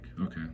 okay